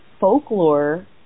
folklore